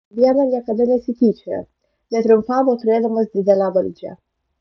viena niekada nesityčiojo netriumfavo turėdamas didelę valdžią